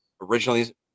originally –